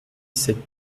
sept